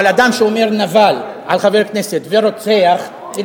אבל אדם שאומר "נבל" ו"רוצח" על חבר כנסת,